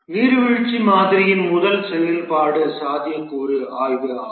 நீர்வீழ்ச்சி மாதிரியின் முதல் செயல்பாடு சாத்தியக்கூறு ஆய்வு ஆகும்